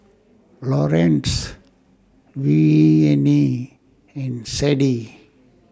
Laurance Venie and Sadie